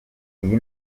iyi